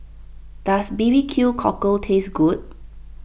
does B B Q Cockle taste good